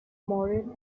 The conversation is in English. mauryan